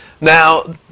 now